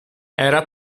era